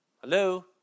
Hello